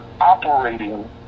operating